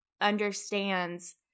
understands